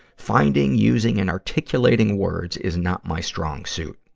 finding, using, and articulating words is not my strong suit.